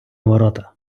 ворота